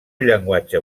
llenguatge